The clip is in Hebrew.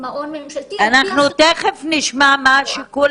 מעון ממשלתי --- אנחנו תיכף נשמע מה השיקול